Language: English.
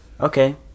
okay